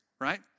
right